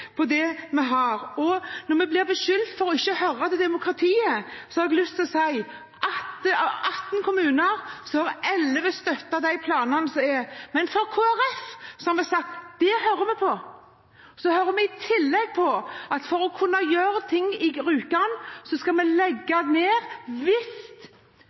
kvalitet på det vi har. Når vi blir beskyldt for ikke å lytte til demokratiet, har jeg lyst til å si at 11 av 18 kommuner har støttet planene. Kristelig Folkeparti har sagt: Det hører vi på! Så hører vi i tillegg på at vi, for å kunne gjøre ting på Rjukan, skal legge ned hvis